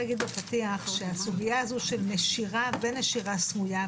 בפתיח שהסוגיה הזו של נשירה ונשירה סמויה,